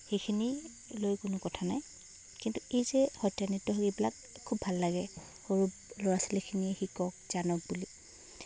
সেইখিনি লৈ কোনো কথা নাই কিন্তু এই যে সত্ৰীয়া নৃত্যৰ সেইবিলাক খুব ভাল লাগে সৰু ল'ৰা ছোৱালীখিনিয়ে শিকক জানক বুলি